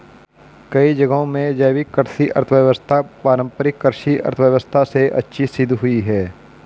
कई जगहों में जैविक कृषि अर्थव्यवस्था पारम्परिक कृषि अर्थव्यवस्था से अच्छी सिद्ध हुई है